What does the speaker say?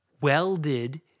welded